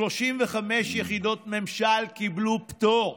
35 יחידות ממשל קיבלו פטור,